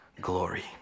glory